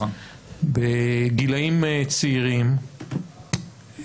בגילאים צעירים,